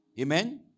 Amen